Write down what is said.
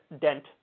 Dent